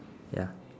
ya